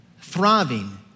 thriving